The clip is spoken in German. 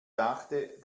dachte